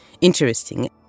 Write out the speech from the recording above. interesting